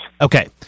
Okay